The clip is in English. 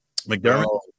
McDermott